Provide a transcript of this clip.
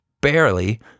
barely